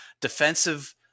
defensive